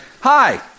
hi